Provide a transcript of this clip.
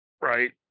Right